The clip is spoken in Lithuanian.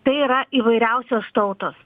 tai yra įvairiausios tautos